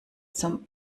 zum